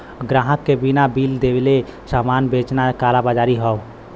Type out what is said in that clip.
ग्राहक के बिना बिल देले सामान बेचना कालाबाज़ारी हौ